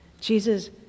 Jesus